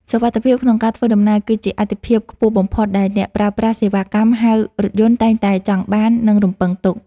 សុវត្ថិភាពក្នុងការធ្វើដំណើរ គឺជាអាទិភាពខ្ពស់បំផុតដែលអ្នកប្រើប្រាស់សេវាកម្មហៅរថយន្តតែងតែចង់បាន និងរំពឹងទុក។